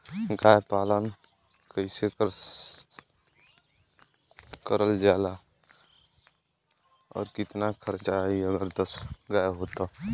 गाय पालन कइसे करल जा सकेला और कितना खर्च आई अगर दस गाय हो त?